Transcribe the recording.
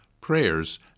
prayers